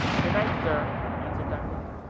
good-night, sir, answered diamond.